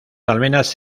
almenas